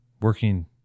Working